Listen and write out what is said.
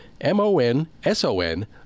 M-O-N-S-O-N